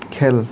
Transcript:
খেল